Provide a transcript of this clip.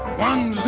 one.